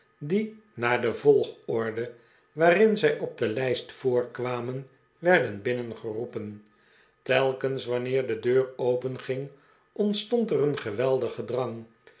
die naar de volgorde waarin zij op de lijst voorkwamen werden binnengeroepen telkens wanneer de deur openging ontstond er een geweldig gedrang